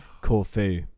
Corfu